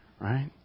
Right